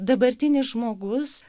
dabartinis žmogus